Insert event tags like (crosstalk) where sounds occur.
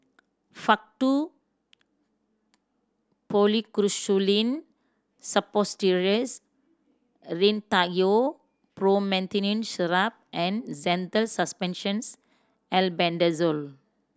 Faktu Policresulen Suppositories (hesitation) Rhinathiol Promethazine Syrup and Zental Suspensions Albendazole